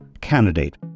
candidate